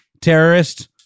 terrorist